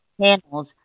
panels